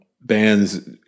bands